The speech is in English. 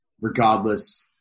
Regardless